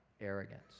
arrogance